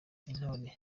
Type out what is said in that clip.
intore